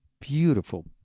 beautiful